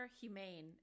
humane